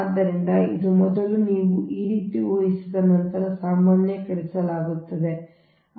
ಆದ್ದರಿಂದ ಇದು ಮೊದಲು ನೀವು ಈ ರೀತಿ ಊಹಿಸಿದ ನಂತರ ನಾವು ಸಾಮಾನ್ಯೀಕರಿಸುತ್ತೇವೆ